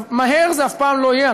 מהר זה אף פעם לא יהיה,